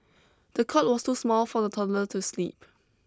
the cot was too small for the toddler to sleep